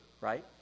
right